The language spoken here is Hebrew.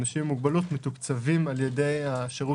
אנשים עם מוגבלות מתוקצבים על-ידי השירות